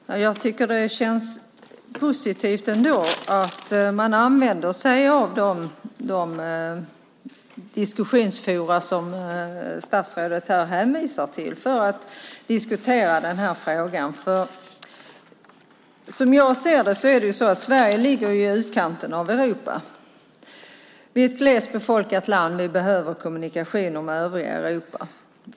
Herr talman! Jag tycker att det känns positivt att man använder sig av de diskussionsforum som statsrådet här hänvisar till för att diskutera denna fråga. Sverige ligger i utkanten av Europa, och det är ett glestbefolkat land. Och vi behöver kommunikationer med övriga Europa.